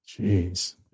Jeez